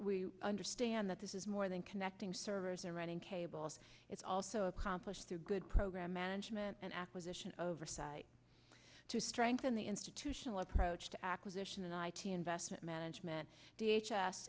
understand that this is more than connecting servers and running cables it's also accomplished through good program management and acquisition oversight to strengthen the institutional approach to acquisition and i t investment management d h s